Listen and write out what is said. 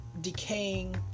decaying